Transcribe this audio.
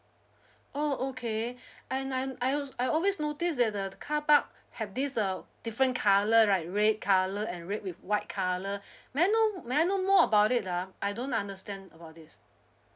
oh okay and I'm I alw~ I always noticed that the carpark have these uh different colour like red colour and red with white colour may I know may I know more about it ah I don't understand about this